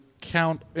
count